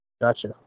Gotcha